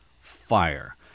fire